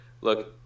look